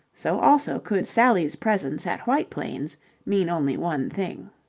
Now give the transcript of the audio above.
so also could sally's presence at white plains mean only one thing.